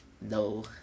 No